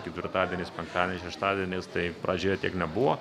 ketvirtadieniais penktadieniais šeštadieniais tai pradžioje tiek nebuvo